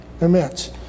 immense